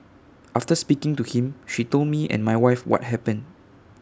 after speaking to him she told me and my wife what happen